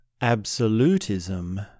Absolutism